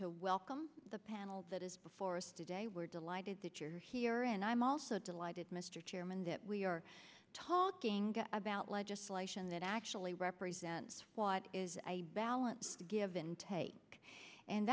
to welcome the panel that is before us today we're delighted that you're here and i'm also delighted mr chairman that we are talking about legislation that actually represents what is a balance give and take and